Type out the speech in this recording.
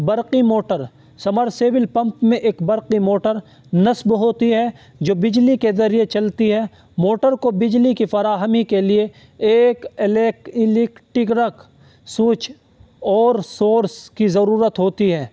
برقی motor submersible pump میں ایک برقی موٹر نصب ہوتی ہے جو بجلی کے ذریعے چلتی ہے موٹر کو بجلی کے فراہمی کے لیے ایک سوچ اور سورس کی ضرورت ہوتی ہے